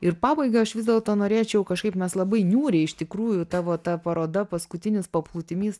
ir pabaigai aš vis dėlto norėčiau kažkaip mes labai niūriai iš tikrųjų tavo ta paroda paskutinis paplūdimys